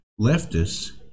leftists